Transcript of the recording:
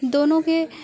دونوں کے